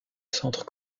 centre